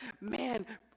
man